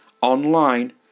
online